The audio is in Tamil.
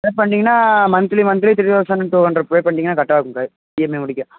பே பண்ணிட்டிங்கன்னா monthly monthly three thousand two hundred pay பண்ணிட்டிங்கன்னா கரெக்டாக இருக்கும் பே இஎம்ஐ முடிக்க